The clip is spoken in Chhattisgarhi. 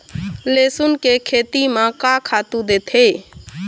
लेसुन के खेती म का खातू देथे?